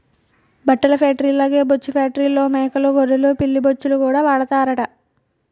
బట్టల ఫేట్రీల్లాగే బొచ్చు ఫేట్రీల్లో మేకలూ గొర్రెలు పిల్లి బొచ్చుకూడా వాడతారట